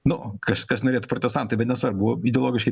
nu kažkas norėtų protestantai bei nesvarbu buvo ideologiškai